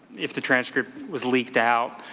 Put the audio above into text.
if the transcript was leaked out,